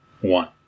One